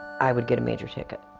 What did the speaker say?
i would get a major ticket.